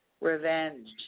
revenge